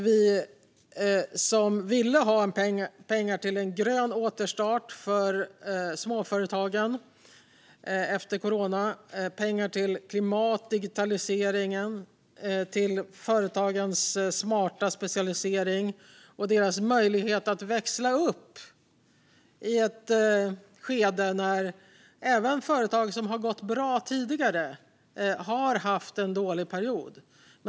Vi ville ha pengar till en grön återstart för småföretagen efter coronan, med pengar till klimatet, digitaliseringen, företagens smarta specialisering och deras möjlighet att växla upp i ett skede när även företag som gått bra tidigare haft en dålig period.